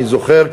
אני זוכר,